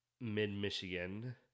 mid-Michigan